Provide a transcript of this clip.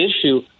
issue